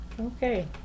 okay